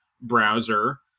browser